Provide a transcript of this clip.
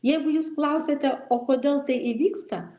jeigu jūs klausiate o kodėl tai įvyksta